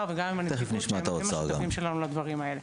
וגם עם הנציגות שהם השותפים שלנו לדברים האלה.